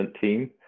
team